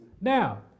Now